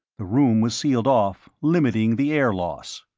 the room was sealed off, limiting the air loss.